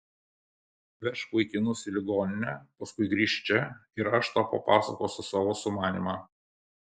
vežk vaikinus į ligoninę paskui grįžk čia ir aš tau papasakosiu savo sumanymą